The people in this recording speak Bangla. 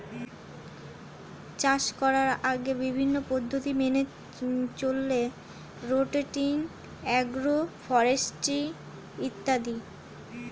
চাষ করার আগে বিভিন্ন পদ্ধতি মেনে চলে রোটেটিং, অ্যাগ্রো ফরেস্ট্রি ইত্যাদি